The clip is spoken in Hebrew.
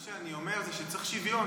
מה שאני אומר זה שצריך שוויון.